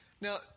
Now